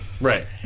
Right